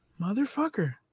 motherfucker